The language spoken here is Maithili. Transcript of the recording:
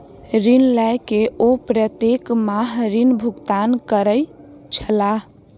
ऋण लय के ओ प्रत्येक माह ऋण भुगतान करै छलाह